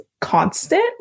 constant